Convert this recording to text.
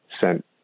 sent